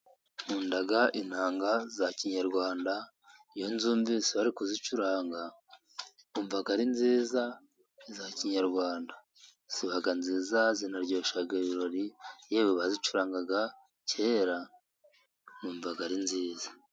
Nkunda inanga za kinyarwanda, iyo nzumvise bari kuzicuranga, numva ari nziza iza kinyarwanda. Zibanziza, zinaryosha ibirori, yewe bazicurangaga kera, numva ari nziza.